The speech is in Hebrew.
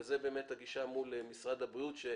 וזאת באמת הגישה מול משרד הבריאות שהוא